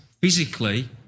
physically